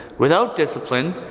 without discipline,